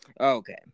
Okay